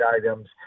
items